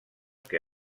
que